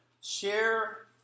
share